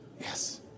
yes